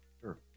Sure